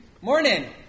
morning